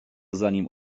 zanim